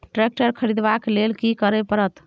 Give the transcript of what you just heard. Tractor खरीदबाक लेल की करय परत?